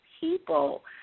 people